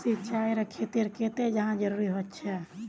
सिंचाईर खेतिर केते चाँह जरुरी होचे?